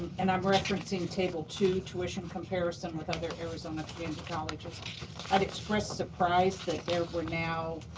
and i'm referencing table two tuition comparison with other arizona community colleges. i had expressed surprise that there were now